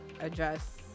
address